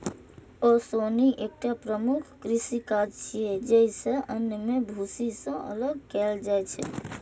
ओसौनी एकटा प्रमुख कृषि काज छियै, जइसे अन्न कें भूसी सं अलग कैल जाइ छै